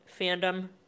fandom